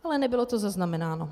Ale nebylo to zaznamenáno.